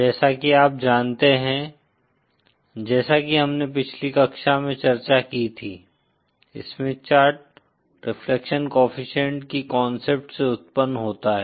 जैसा कि आप जानते हैं जैसा कि हमने पिछली कक्षा में चर्चा की थी स्मिथ चार्ट रिफ्लेक्शन कोएफ़िशिएंट की कांसेप्ट से उत्पन्न होता है